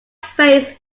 face